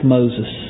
Moses